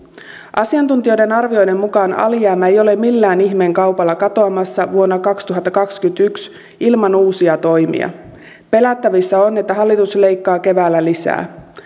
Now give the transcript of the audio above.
asiantuntijoiden arvioiden mukaan alijäämä ei ole millään ihmeen kaupalla katoamassa vuonna kaksituhattakaksikymmentäyksi ilman uusia toimia pelättävissä on että hallitus leikkaa keväällä lisää